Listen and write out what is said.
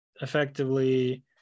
effectively